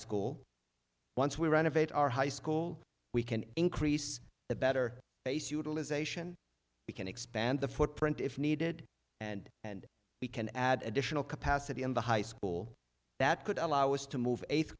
school once we renovate our high school we can increase the better base utilization we can expand the footprint if needed and and we can add additional capacity in the high school that could allow us to move eighth